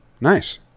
Nice